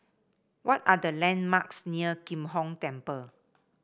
what are the landmarks near Kim Hong Temple